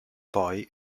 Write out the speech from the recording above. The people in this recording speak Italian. poi